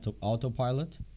autopilot